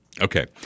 Okay